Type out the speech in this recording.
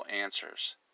answers